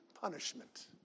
punishment